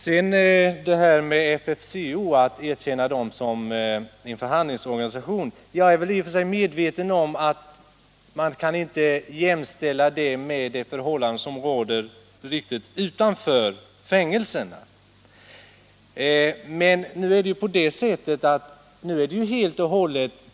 Vad sedan gäller ett erkännande av FFCO som en förhandlingsorganisation är jag medveten om att man inte kan göra en jämförelse med förhållandena utanför fängelserna.